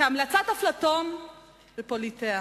כהמלצת אפלטון ב'פוליטיאה'.